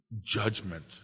judgment